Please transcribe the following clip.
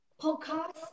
podcast